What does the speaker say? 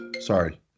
sorry